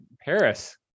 Paris